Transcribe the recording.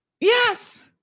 yes